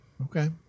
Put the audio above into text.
Okay